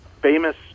Famous